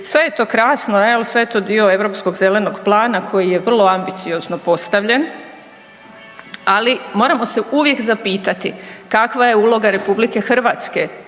sve je to krasno, jel sve je to dio Europskog zelenog plana koji je vrlo ambiciozno postavljen, ali moramo se uvijek zapitati kakva je uloga RH u cijeloj toj